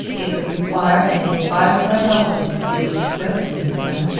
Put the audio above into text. it would require an inspired psychologist to deal successfully with them.